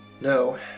No